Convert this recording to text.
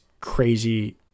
crazy